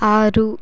ಆರು